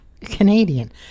Canadian